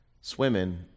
Swimming